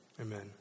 Amen